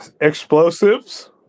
Explosives